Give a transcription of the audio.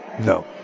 no